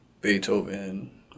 Beethoven